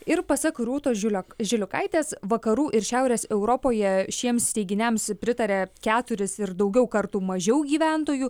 ir pasak rūtos žiulio žiliukaitės vakarų ir šiaurės europoje šiems teiginiams pritaria keturis ir daugiau kartų mažiau gyventojų